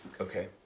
Okay